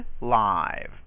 live